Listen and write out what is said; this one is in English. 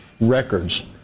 records